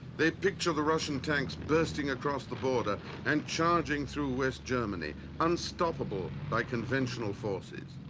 they picture the russian tanks bursting across the border and charging through west germany, unstoppable by conventional forces.